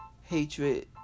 hatred